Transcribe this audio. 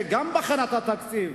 שיוצא, גם בהכנת התקציב,